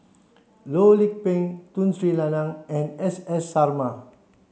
Loh Lik Peng Tun Sri Lanang and S S Sarma